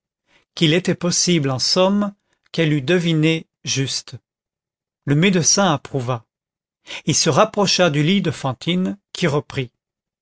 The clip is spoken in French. qu'il était possible en somme qu'elle eût deviné juste le médecin approuva il se rapprocha du lit de fantine qui reprit